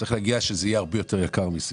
המחיר יהיה אפילו יותר יקר.